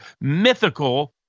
mythical